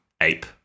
Ape